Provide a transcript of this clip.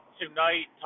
tonight